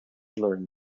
learn